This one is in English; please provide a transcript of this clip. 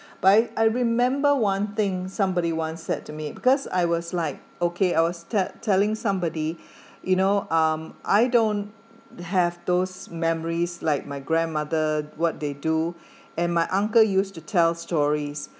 by I remember one thing somebody once said to me because I was like okay I'll start telling somebody you know um I don't have those memories like my grandmother what they do and my uncle used to tell stories